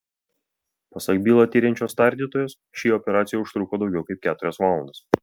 pasak bylą tiriančios tardytojos ši operacija užtruko daugiau kaip keturias valandas